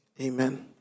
Amen